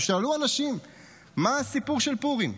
ושאלו אנשים מה הסיפור של פורים,